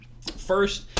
first